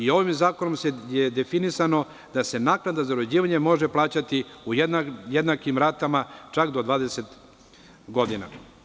Ovim zakonom je definisano da se naknada za uređivanje može plaćati u jednakim ratama, čak do 20 godina.